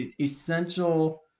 essential